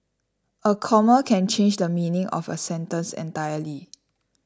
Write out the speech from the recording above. a comma can change the meaning of a sentence entirely